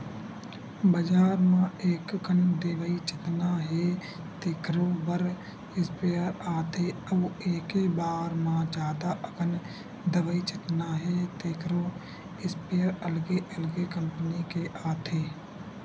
बजार म एककन दवई छितना हे तेखरो बर स्पेयर आथे अउ एके बार म जादा अकन दवई छितना हे तेखरो इस्पेयर अलगे अलगे कंपनी के आथे